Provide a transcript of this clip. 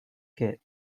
kit